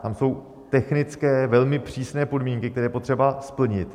Tam jsou technické velmi přísné podmínky, které je potřeba splnit.